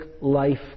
life